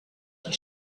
die